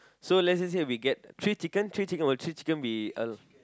so let's just say we get three chicken three chicken will three chicken be a